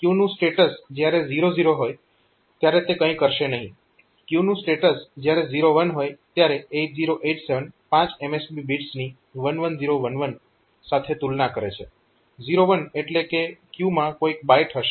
ક્યુ નું સ્ટેટસ જયારે 00 હોય ત્યારે તે કંઈ કરશે નહીં ક્યુ નું સ્ટેટસ જયારે 01 હોય ત્યારે 8087 પાંચ MSB બિટ્સની 11011 સાથે તુલના કરે છે 01 એટલે કે ક્યુ માં કોઈક બાઈટ હશે